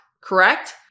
Correct